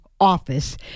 office